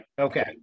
Okay